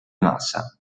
massa